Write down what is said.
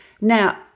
now